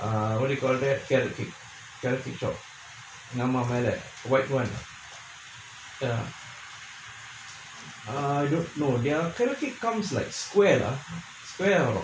err what do you call that rooftop ஆமா மேல:aamaa maela white [one] err err their carrot cake comes like squared ah